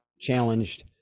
challenged